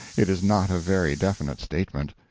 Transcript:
it is not a very definite statement.